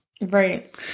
Right